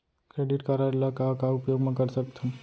Credit card ला का का मा उपयोग कर सकथन?